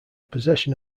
possession